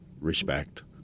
respect